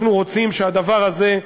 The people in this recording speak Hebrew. אנחנו רוצים שהדבר הזה,